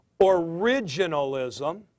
originalism